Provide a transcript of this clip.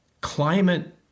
climate